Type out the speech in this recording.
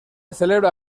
celebra